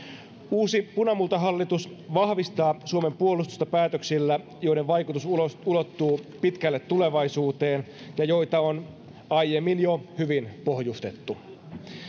uusi punamultahallitus vahvistaa suomen puolustusta päätöksillä joiden vaikutus ulottuu pitkälle tulevaisuuteen ja joita on aiemmin jo hyvin pohjustettu